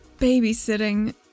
Babysitting